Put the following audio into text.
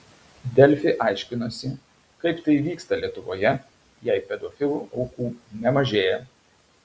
delfi aiškinosi kaip tai vyksta lietuvoje jei pedofilų aukų nemažėja